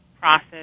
process